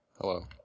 Hello